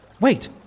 Wait